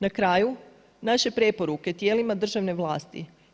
Na kraju naše preporuke tijela državne vlasti.